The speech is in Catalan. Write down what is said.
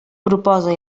proposa